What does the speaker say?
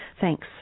Thanks